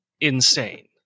insane